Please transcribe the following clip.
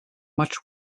much